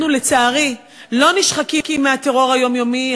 אנחנו, לצערי, לא נשחקים מהטרור היומיומי.